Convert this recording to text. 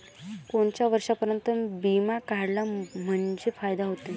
कोनच्या वर्षापर्यंत बिमा काढला म्हंजे फायदा व्हते?